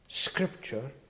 scripture